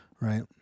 right